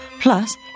Plus